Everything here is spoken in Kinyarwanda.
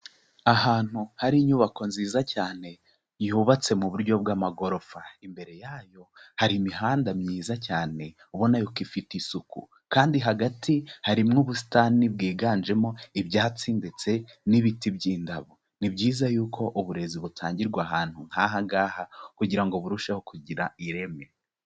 Ahantu hari inyubako nziza cyane yubatse mu buryo bw'amagorofa, imbere yayo hari imihanda myiza cyane ubona yuko ifite isuku kandi hagati harimo ubusitani bwiganjemo ibyatsi ndetse n'ibiti by'indabo, ni byiza yuko uburezi butangirwa ahantu nk'aha ngaha kugira ngo burusheho kugira ireme.